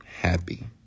happy